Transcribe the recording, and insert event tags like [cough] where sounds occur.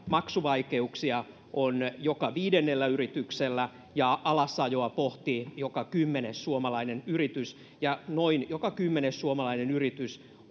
maksuvaikeuksia on joka viidennellä yrityksellä ja alasajoa pohtii joka kymmenes suomalainen yritys ja noin joka kymmenes suomalainen yritys [unintelligible]